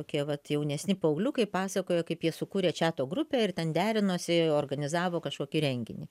tokie vat jaunesni paaugliukai pasakoja kaip jie sukūrė čiato grupę ir ten derinosi organizavo kažkokį renginį